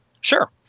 Sure